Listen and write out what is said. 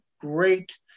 great